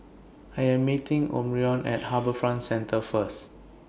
I Am meeting Omarion At HarbourFront Centre First